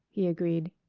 he agreed.